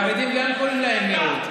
החרדים, גם קוראים להם מיעוט.